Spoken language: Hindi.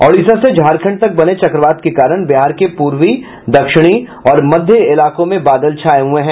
ओडिशा से झारखण्ड तक बने चक्रबात के कारण बिहार के पूर्वी दक्षिणी और मध्य इलाकों में बादल छाये हुये हैं